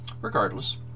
Regardless